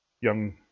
young